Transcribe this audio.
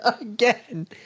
Again